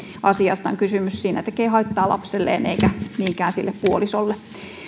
asiasta on kysymys siinä tekee haittaa lapselleen eikä niinkään sille puolisolle